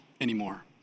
anymore